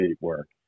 work